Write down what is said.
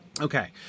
Okay